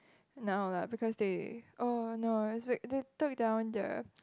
now lah because they oh no it's we they took down the